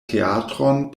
teatron